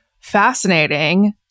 fascinating